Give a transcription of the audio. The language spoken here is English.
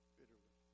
bitterly